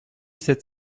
sept